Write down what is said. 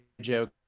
joke